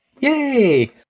Yay